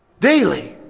Daily